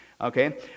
Okay